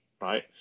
right